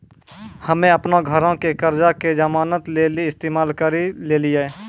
हम्मे अपनो घरो के कर्जा के जमानत लेली इस्तेमाल करि लेलियै